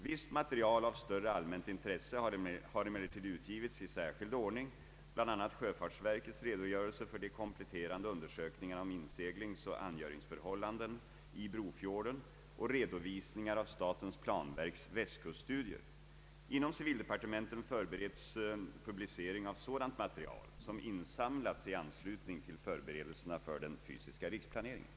Visst material av större allmänt intresse har emellertid utgivits i särskild ordning, bl.a. sjöfartsverkets redogörelse för de kompletterande undersökningarna om inseglingsoch angöringsförhållanden i Brofjorden och redovisningar av statens planverks Västkuststudier. Inom civildepartementet förbereds publicering av sådant mate rial som insamlats i anslutning till förberedelserna för den fysiska riksplaneringen.